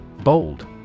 Bold